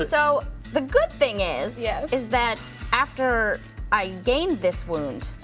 so the good thing is yes? is that after i gained this wound,